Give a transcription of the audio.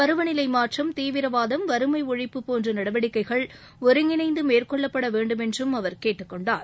பருவநிலை மாற்றம் தீவிரவாதம் வறுமை ஒழிப்பு போன்ற நடவடிக்கைகள் ஒருங்கிணைந்து மேற்கொள்ளப்பட வேண்டும் என்றும் அவர் கேட்டுக்கொண்டார்